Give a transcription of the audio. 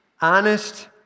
Honest